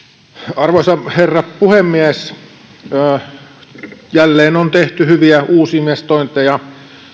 arvoisa herra puhemies jälleen on tehty hyviä uusinvestointeja